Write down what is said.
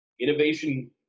Innovation